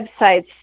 websites